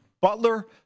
Butler